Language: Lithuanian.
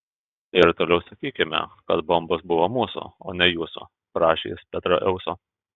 ir toliau sakykime kad bombos buvo mūsų o ne jūsų prašė jis petraeuso